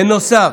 בנוסף,